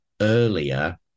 earlier